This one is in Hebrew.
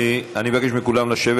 אני מבקש מכולם לשבת.